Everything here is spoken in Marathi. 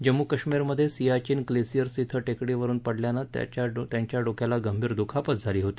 जम्मू कश्मीरमधे सियाचिन ग्लेसियर इथं टेकडीवरून पडल्यानं त्यांच्या डोक्याला गंभीर दुखापत झाली होती